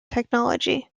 technology